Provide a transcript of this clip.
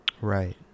Right